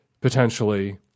potentially –